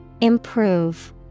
Improve